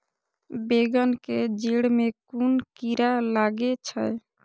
बेंगन के जेड़ में कुन कीरा लागे छै?